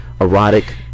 erotic